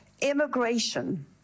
Immigration